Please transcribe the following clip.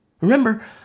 Remember